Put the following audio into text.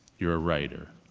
you're a writer,